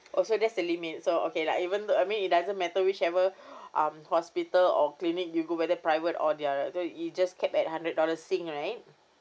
oh so there's a limit so okay like even though I mean it doesn't matter which ever um hospital or clinic you go whether private or their it just capped at hundred dollars sing right